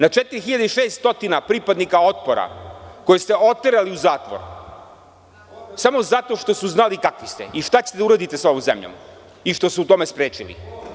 Na 4.600 pripadnika Otpora, koje ste oterali u zatvor samo zato što su znali kakvi ste i šta ćete da uradite sa ovom zemljom i što su vas u tome sprečili?